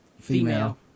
Female